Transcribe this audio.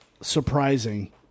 surprising